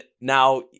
now